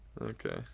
Okay